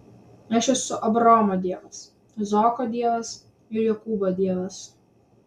aš esu abraomo dievas izaoko dievas ir jokūbo dievas